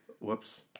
Whoops